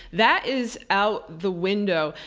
that is out the window.